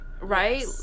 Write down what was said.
Right